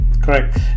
Correct